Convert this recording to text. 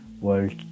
World